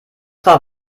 war